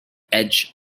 edge